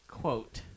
quote